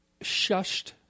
shushed